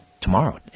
tomorrow